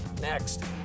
next